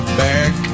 back